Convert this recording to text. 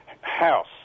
house